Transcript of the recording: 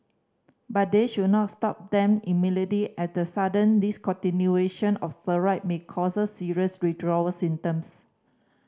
but they should not stop them immediately as the sudden discontinuation of steroid may cause serious withdrawal symptoms